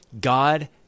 God